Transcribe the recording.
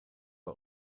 our